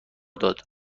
داد